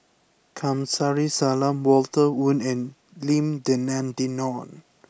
Kamsari Salam Walter Woon and Lim Denan Denon